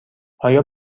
آیا